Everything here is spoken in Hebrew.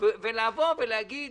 ולהגיד